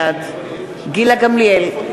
בעד גילה גמליאל,